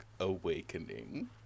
awakening